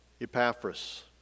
Epaphras